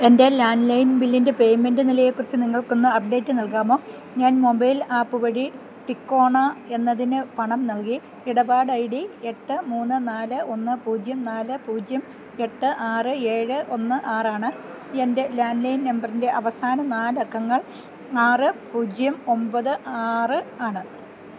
എൻ്റെ ലാൻഡ്ലൈൻ ബില്ലിൻ്റെ പേയ്മെൻ്റ് നിലയേക്കുറിച്ച് നിങ്ങൾക്കൊന്ന് അപ്ഡേറ്റ് നൽകാമോ ഞാൻ മൊബൈൽ ആപ്പ് വഴി ടിക്കോണ എന്നതിന് പണം നൽകി ഇടപാട് ഐ ഡി എട്ട് മൂന്ന് നാല് ഒന്ന് പൂജ്യം നാല് പൂജ്യം എട്ട് ആറ് ഏഴ് ഒന്ന് ആറാണ് എൻ്റെ ലാൻഡ്ലൈൻ നമ്പറിൻ്റെ അവസാന നാലക്കങ്ങൾ ആറ് പൂജ്യം ഒമ്പത് ആറ് ആണ്